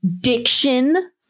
diction